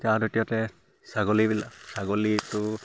তাৰ দ্বিতীয়তে ছাগলীবিলাক ছাগলীটো